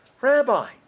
Rabbi